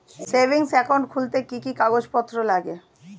Savings account খুলতে কি কি কাগজপত্র লাগে?